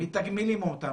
מתגמלים אותם,